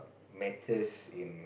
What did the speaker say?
matters in